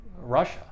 Russia